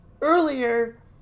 earlier